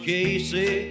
Casey